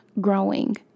growing